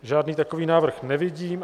Žádný takový návrh nevidím.